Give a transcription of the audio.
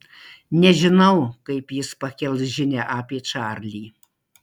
nežinau kaip jis pakels žinią apie čarlį